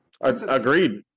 Agreed